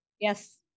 Yes